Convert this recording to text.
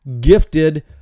gifted